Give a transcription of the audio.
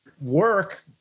work